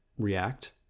React